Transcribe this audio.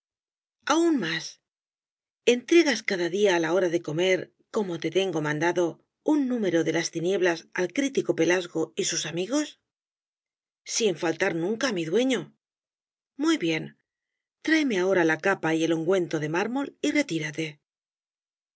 aún más entregas cada día á la hora de comer como te tengo mandado un número de las tinieblas al crítico pelasgo y sus amigos sin faltar nunca mi dueño muy bien tráeme ahora la capa y el ungüento de mármol y retírate